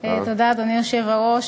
כניסה לתוקף של הוראות סימון מזון ארוז מראש,